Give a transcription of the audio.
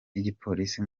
n’igipolisi